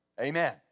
Amen